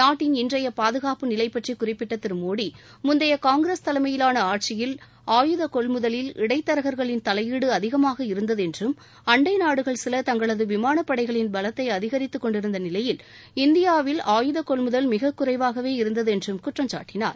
நாட்டின் இன்றைய பாதுகாப்பு நிலை பற்றி குறிப்பிட்ட திரு மோடி முந்தைய காங்கிரஸ் தலைமையிலான ஆட்சியில் ஆயுத கொள்முதலில் இடைத்தரகர்களின் தவையீடு அதிகமாக இருந்தது என்றும் அண்டை நாடுகள் சில தங்களது விமான படைகளின் பலத்தை அதிகரித்து கொண்டிருந்த நிலையில் இந்தியாவில் ஆயுத கொள்முதல் மிகக் குறைவாக இருந்தது என்றும் குற்றம்சாட்டினார்